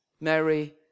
Mary